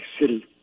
City